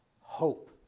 hope